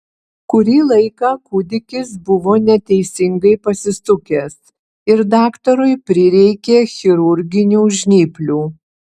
kurį laiką kūdikis buvo neteisingai pasisukęs ir daktarui prireikė chirurginių žnyplių